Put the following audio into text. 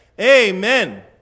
Amen